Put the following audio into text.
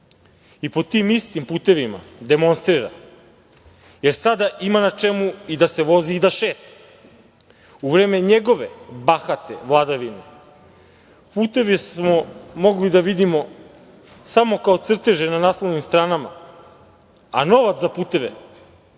i po tim istim putevima demonstrira, jer sada ima na čemu i da se vozi i da šeta. U vreme njegove, bahate vladavine puteve smo mogli da vidimo samo kao crteže na naslovnim stranama, a novac za puteve